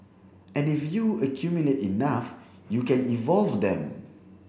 and if you accumulate enough you can evolve them